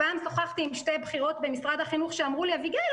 פעם שוחחתי עם שתי בכירות במשרד החינוך שאמרו לי: אביגיל,